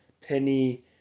Penny